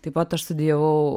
taip pat aš studijavau